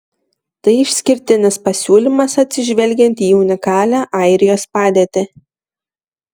tai išskirtinis pasiūlymas atsižvelgiant į unikalią airijos padėtį